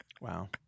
Wow